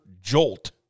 jolt